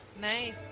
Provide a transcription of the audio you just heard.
Nice